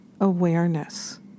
awareness